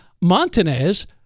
Montanez